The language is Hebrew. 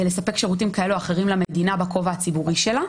לספק שירותים כאלה או אחרים למדינה בכובע הציבורי שלה.